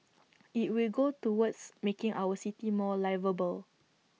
IT will go towards making our city more liveable